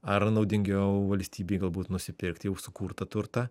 ar naudingiau valstybei galbūt nusipirkti jau sukurtą turtą